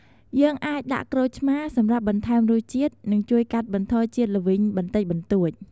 យើងអាចដាក់ក្រូចឆ្មារ សម្រាប់បន្ថែមរសជាតិ និងជួយកាត់បន្ថយជាតិល្វីងបន្តិចបន្តួច។